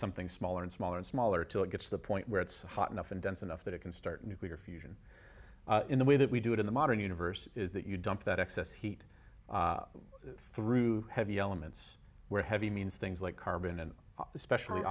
something smaller and smaller and smaller till it gets the point where it's hot enough and dense enough that it can start a nuclear fusion in the way that we do it in the modern universe is that you dump that excess heat through heavy elements where heavy means things like carbon and especially